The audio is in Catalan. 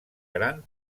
gran